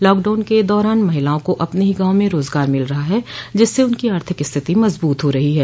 lockdown के दौरान महिलाओं को अपने गांव में ही रोजगार मिल रहा है जिससे उनकी आर्थिक स्थिति मजबूत हो रही है